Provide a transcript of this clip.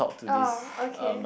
orh okay